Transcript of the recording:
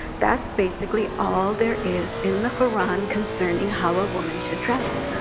that's basically all there is in the quran concerning how a woman should dress.